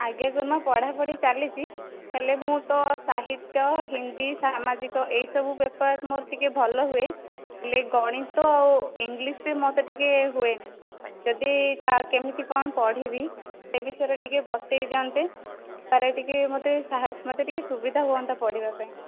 ଆଜ୍ଞା ଗୁରୁମା ପଢ଼ା ପଢ଼ି ଚାଲିଛି ହେଲେ ମୁଁ ତ ସାହିତ୍ୟ ହିନ୍ଦୀ ସାମାଜିକ ଏଇ ସବୁ ପେପର୍ ମୋର ଟିକିଏ ଭଲ ହୁଏ ହେଲେ ଗଣିତ ଆଉ ଇଂଲିସ୍ରେ ମୋତେ ଟିକିଏ ହୁଏନି ଯଦି ତାହା କେମିତି କ'ଣ ପଢ଼ିବି ସେ ବିଷୟରେ ଟିକିଏ ବତେଇ ଦିଅନ୍ତେ ତା'ହେଲେ ଟିକିଏ ମୋତେ ଟିକିଏ ସାହାଯ୍ୟ ମୋତେ ଟିକିଏ ସୁବିଧା ହୁଅନ୍ତା ପଢ଼ିବା ପାଇଁ